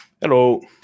Hello